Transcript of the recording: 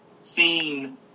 seen